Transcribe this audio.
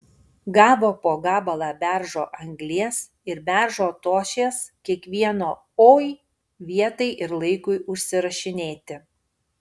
gavo po gabalą beržo anglies ir beržo tošies kiekvieno oi vietai ir laikui užsirašinėti